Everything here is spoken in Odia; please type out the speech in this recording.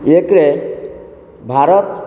ଏକରେ ଭାରତ